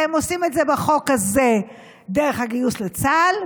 והם עושים את זה בחוק הזה דרך הגיוס לצה"ל,